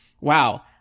wow